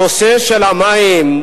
הנושא של המים,